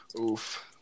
Oof